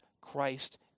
Christ